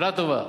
שנה טובה.